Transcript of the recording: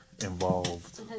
involved